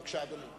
בבקשה, אדוני.